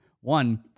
One